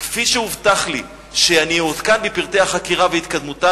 כפי שהובטח לי שאני אעודכן בפרטי החקירה והתקדמותה,